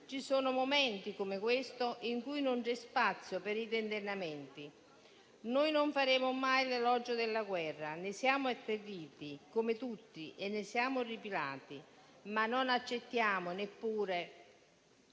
ci sono momenti come questo, in cui non c'è spazio per i tentennamenti. Noi non faremo mai l'elogio della guerra, ne siamo atterriti, come tutti, e ne siamo orripilati, ma non accettiamo neppure